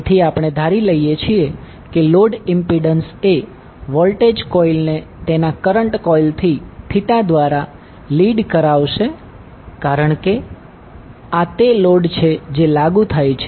તેથી આપણે ધારી લઈએ છીએ કે લોડ ઈમ્પીડંસ એ વોલ્ટેજ કોઇલને તેના કરંટ કોઇલથી દ્વારા લિડ કરાવશે કારણ કે આ તે લોડ છે જે લાગુ થાય છે